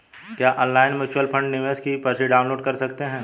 क्या online mutual fund निवेश की पर्ची डाउनलोड कर सकते हैं?